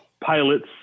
pilots